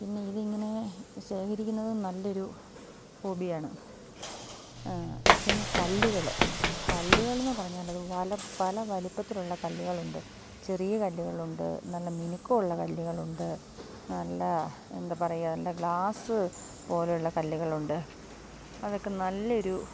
പിന്നെ ഇതിങ്ങനെ ശേഖരിക്കുന്നത് നല്ലൊരു ഹോബിയാണ് പിന്നെ കല്ലുകൾ കല്ലുകളെന്നു പറഞ്ഞാൽ അത് പല പല വലിപ്പത്തിലുള്ള കല്ലുകളുണ്ട് ചെറിയ കല്ലുകളുണ്ട് നല്ല മിനുക്കമുള്ള കല്ലുകളുണ്ട് നല്ല എന്താ പറയുക നല്ല ഗ്ലാസ് പോലെയുള്ള കല്ലുകളുണ്ട് അതൊക്കെ നല്ലൊരു